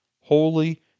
holy